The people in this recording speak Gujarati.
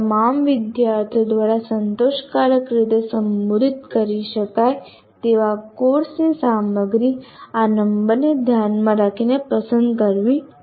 તમામ વિદ્યાર્થીઓ દ્વારા સંતોષકારક રીતે સંબોધિત કરી શકાય તેવા કોર્સની સામગ્રી આ નંબરને ધ્યાનમાં રાખીને પસંદ કરવી જોઈએ